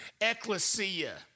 ecclesia